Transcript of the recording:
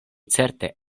certe